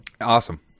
Awesome